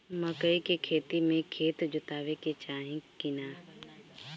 मकई के खेती मे खेत जोतावे के चाही किना?